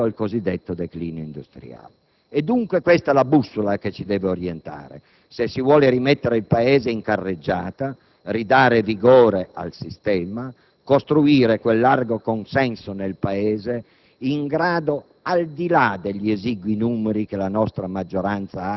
ampi margini di profitto e portando contemporaneamente al cosiddetto declino industriale. È dunque questa la bussola che ci deve orientare se si vuole rimettere il Paese in carreggiata, ridare vigore al sistema, costruire quel largo consenso nel Paese, in grado,